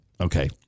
okay